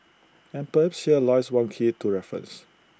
and perhaps here lies one key to reference